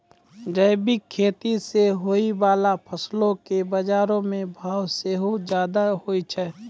जैविक खेती से होय बाला फसलो के बजारो मे भाव सेहो ज्यादा होय छै